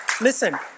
listen